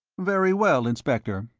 very well, inspector.